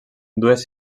dues